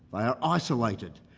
but are isolated,